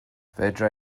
fedra